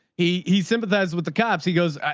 he, he sympathized with the cops. he goes,